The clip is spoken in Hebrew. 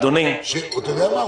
אתה יודע מה?